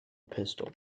pistol